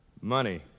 money